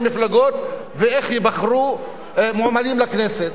המפלגות ואיך ייבחרו מועמדים לכנסת,